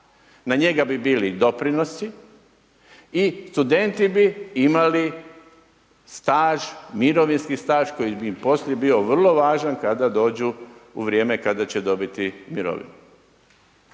na njega bi bili doprinosi i studenti bi imali staž, mirovinski staž koji bi im poslije bio vrlo važan kada dođu u vrijeme kada će dobiti mirovinu.